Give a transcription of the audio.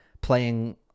playing